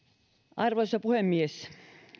arvoisa puhemies